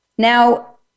Now